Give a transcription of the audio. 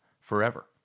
forever